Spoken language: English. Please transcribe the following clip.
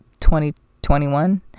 2021